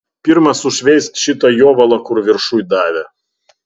pirma sušveisk šitą jovalą kur viršuj davė